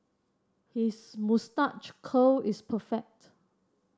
his moustache curl is perfect